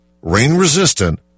rain-resistant